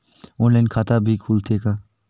Online खाता भी खुलथे का?